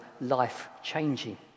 life-changing